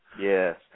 Yes